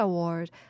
Award